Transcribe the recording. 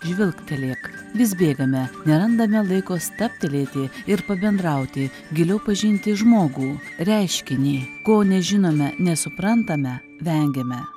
žvilgtelėk vis bėgame nerandame laiko stabtelėti ir pabendrauti giliau pažinti žmogų reiškinį ko nežinome nesuprantame vengiame